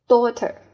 Daughter